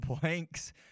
blanks